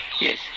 Yes